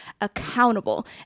accountable